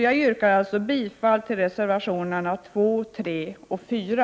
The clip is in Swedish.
Jag yrkar alltså bifall till reservationerna 2, 3 och 4.